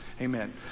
amen